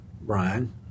Brian